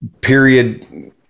period